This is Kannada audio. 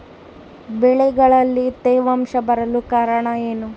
ಬೆಳೆಗಳಲ್ಲಿ ತೇವಾಂಶ ಬರಲು ಕಾರಣ ಏನು?